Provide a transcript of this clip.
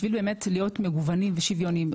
בשביל באמת להיות מגוונים ושוויוניים,